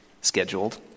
scheduled